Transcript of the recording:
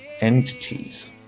entities